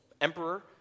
emperor